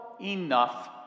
enough